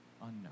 unknown